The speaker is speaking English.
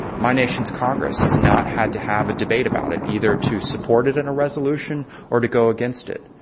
my nation's congress has not had to have a debate about it either to support it in a resolution or to go against it.